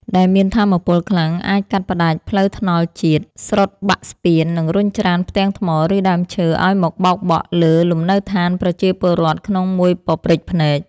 ដែលមានថាមពលខ្លាំងអាចកាត់ផ្ដាច់ផ្លូវថ្នល់ជាតិ ស្រុតបាក់ស្ពាន និងរុញច្រានផ្ទាំងថ្ម ឬដើមឈើឱ្យមកបោកបក់លើលំនៅដ្ឋានប្រជាពលរដ្ឋក្នុងមួយប៉ព្រិចភ្នែក។